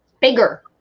Bigger